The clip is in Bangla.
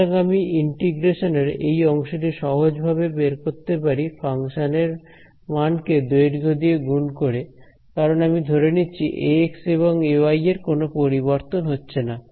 সুতরাং আমি ইন্টিগ্রেশনের এই অংশটি সহজভাবে বের করতে পারি ফাংশন এর মান কে দৈর্ঘ্য দিয়ে গুন করে কারণ আমরা ধরে নিচ্ছি Ax এবং Ay এর কোন পরিবর্তন হচ্ছে না